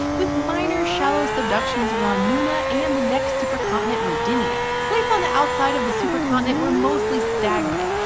with minor, shallow subduction around nuna and the next supercontinent, rodinia. plates on the outside of the supercontinent were mostly stagnant,